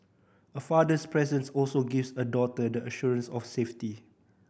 a father's presence also gives a daughter the assurance of safety